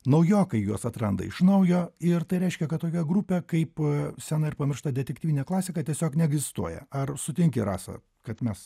naujokai juos atranda iš naujo ir tai reiškia kad tokia grupė kaip sena ir pamiršta detektyvinė klasika tiesiog neegzistuoja ar sutinki rasa kad mes